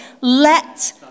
let